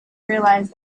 realize